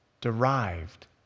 derived